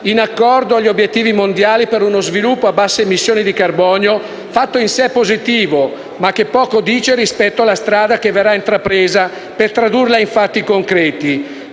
in accordo agli obiettivi mondiali, per uno sviluppo a basse emissioni di carbonio; è un fatto in sé positivo, ma che poco dice rispetto alla strada che verrà intrapresa per tradurlo in fatti concreti: